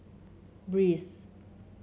breeze